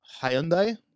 Hyundai